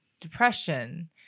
depression